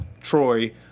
Troy